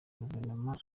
guverinoma